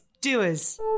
doers